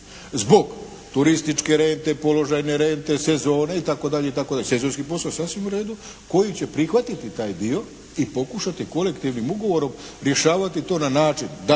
zbog turističke rente, položajne rente, sezone itd. itd. Sezonski posao je sasvim u redu koji će prihvatiti taj dio i pokušati kolektivnim ugovorom rješavati to na način da